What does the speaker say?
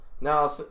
now